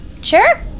Sure